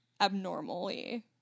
abnormally